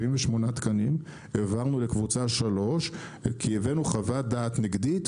78 תקנים העברנו לקבוצה 3 כי הבאנו חוות דעת נגדית